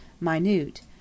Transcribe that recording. minute